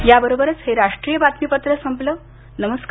याबरोबरच हे राष्ट्रीय बातमीपत्र संपलं नमस्कार